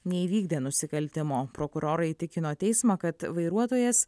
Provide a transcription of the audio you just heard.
neįvykdė nusikaltimo prokurorai įtikino teismą kad vairuotojas